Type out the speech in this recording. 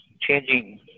changing